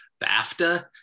BAFTA